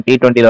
T20